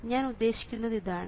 ഞാൻ ഉദ്ദേശിക്കുന്നത് ഇതാണ്